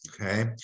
Okay